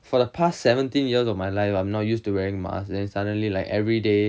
for the past seventeen years of my life I'm not used to wearing mask then suddenly like everyday